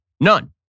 none